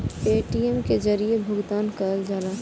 Paytm के जरिये भुगतान करल जाला